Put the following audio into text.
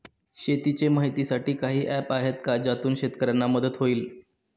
शेतीचे माहितीसाठी काही ऍप्स आहेत का ज्यातून शेतकऱ्यांना मदत होईल?